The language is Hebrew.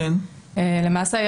למעשה,